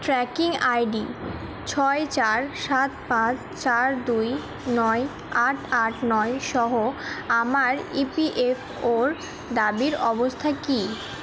tracking ID ছয় চার সাত পাঁচ চার দুই নয় আট আট নয় সহ আমার ইপিএফওর দাবির অবস্থা কী